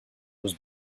was